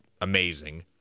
amazing